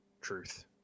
Truth